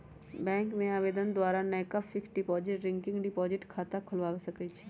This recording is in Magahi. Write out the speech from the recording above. बैंक में आवेदन द्वारा नयका फिक्स्ड डिपॉजिट, रिकरिंग डिपॉजिट खता खोलबा सकइ छी